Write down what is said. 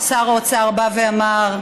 שר האוצר בא ואמר: